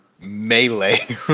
melee